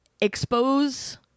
expose